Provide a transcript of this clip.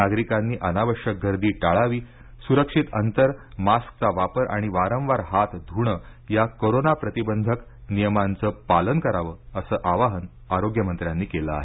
नागरिकांनी अनावश्यक गर्दी टाळावी सुरक्षित अंतर मास्कचा वापर आणि वारंवार हात धूणं या कोरोना प्रतिबंधक नियमांचं पालन करावं असं आवाहन आरोग्यमंत्र्यांनी केलं आहे